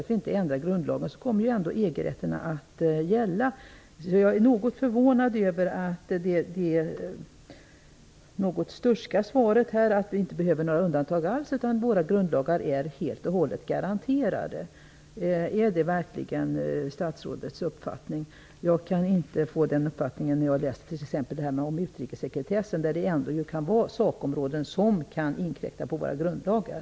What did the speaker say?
Om vi inte ändrar grundlagen kommer ändå EG-rätten att gälla. Jag är förvånad över det något sturska svaret att det inte behövs något undantag alls, utan att våra grundlagar är helt och hållet garanterade. Är det verkligen statsrådets uppfattning? Jag får inte den uppfattningen när jag läser vad som sägs om t.ex. utrikessekretessen, där det kan handla om sakområden som inkräktar på våra grundlagar.